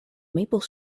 maple